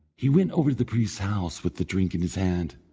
he went over to the priest's house with the drink in his hand,